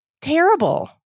terrible